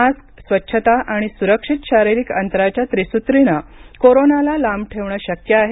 mask स्वच्छता आणि सुरक्षित शारिरिक अंतराच्या त्रिसुत्रीनं कोरोनाला लांब ठेवणं शक्य आहे